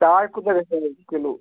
چاے کوٗتاہ گژھِ کِلو